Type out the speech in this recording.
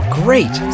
great